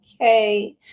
okay